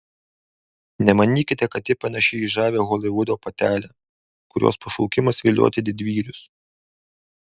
nemanykite kad ji panaši į žavią holivudo patelę kurios pašaukimas vilioti didvyrius